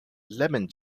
lemon